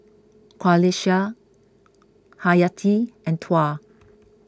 Qalisha Haryati and Tuah